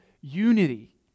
unity